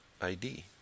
ID